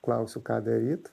klausiu ką daryt